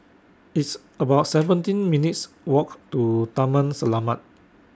It's about seventeen minutes' Walk to Taman Selamat